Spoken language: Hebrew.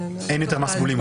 אין יותר מס בולים.